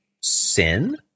sin